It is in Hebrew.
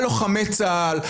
על לוחמי צה"ל,